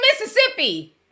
Mississippi